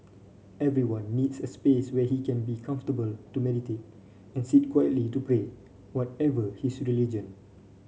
everyone needs a space where he can be comfortable to meditate and sit quietly to pray whatever his religion